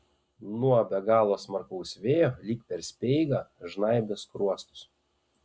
nuo be galo smarkaus vėjo lyg per speigą žnaibė skruostus